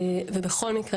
בכל מקרה,